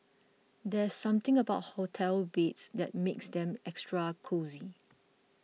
there's something about hotel beds that makes them extra cosy